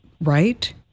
Right